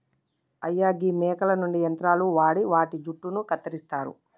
అయ్యా గీ మేకల నుండి యంత్రాలు వాడి వాటి జుట్టును కత్తిరిస్తారు